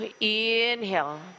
Inhale